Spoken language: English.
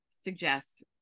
suggest